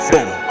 Boom